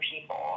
people